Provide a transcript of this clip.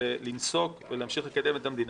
לנסוק ולהמשיך לקדם את המדינה.